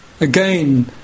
again